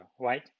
right